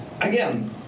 Again